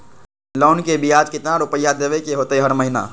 Loan के ब्याज कितना रुपैया देबे के होतइ हर महिना?